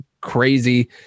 crazy